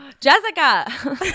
Jessica